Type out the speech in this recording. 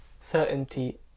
Certainty